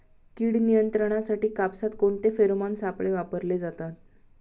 कीड नियंत्रणासाठी कापसात कोणते फेरोमोन सापळे वापरले जातात?